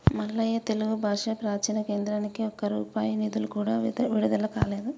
మల్లయ్య తెలుగు భాష ప్రాచీన కేంద్రానికి ఒక్క రూపాయి నిధులు కూడా విడుదల కాలేదు